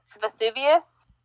Vesuvius